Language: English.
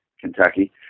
Kentucky